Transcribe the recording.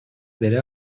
бере